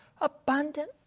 Abundant